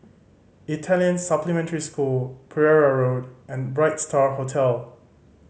Italian Supplementary School Pereira Road and Bright Star Hotel